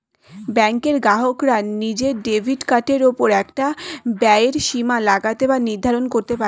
ব্যাঙ্কের গ্রাহকরা নিজের ডেবিট কার্ডের ওপর একটা ব্যয়ের সীমা লাগাতে বা নির্ধারণ করতে পারে